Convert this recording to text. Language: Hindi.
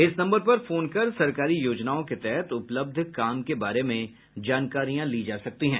इस नम्बर पर फोन कर सरकारी योजनाओं के तहत उपलब्ध काम के बारे में जानकारियां ली जा सकती हैं